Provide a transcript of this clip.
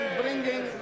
bringing